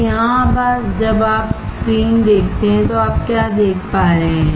तो यहाँ जब आप स्क्रीन देखते हैं तो आप क्या देख पा रहे हैं